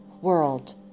world